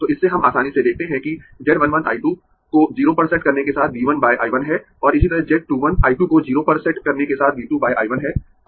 तो इससे हम आसानी से देखते है कि Z 1 1 I 2 को 0 पर सेट करने के साथ V 1 बाय I 1 है और इसी तरह Z 2 1 I 2 को 0 पर सेट करने के साथ V 2 बाय I 1 है